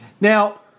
Now